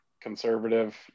conservative